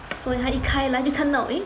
所以他一开了就看到 eh